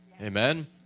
Amen